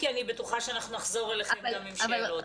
כי אני בטוחה שאנחנו נחזור אליכם גם עם שאלות.